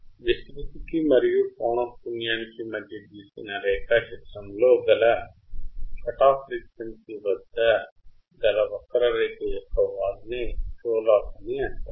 విస్తృతి కి మరియు పోనఃపున్యానికి మధ్య గీసిన రేఖా చిత్రము లో గల cut off frequency వద్ద గల వక్ర రేఖ యొక్క వాలు నే రోల్ ఆఫ్ అని అంటారు